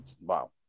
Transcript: Wow